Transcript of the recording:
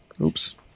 Oops